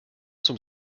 zum